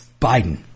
Biden